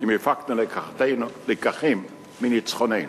אם הפקנו לקחים מניצחוננו.